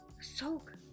soak